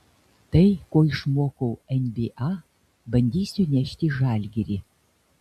tai ko išmokau nba bandysiu įnešti į žalgirį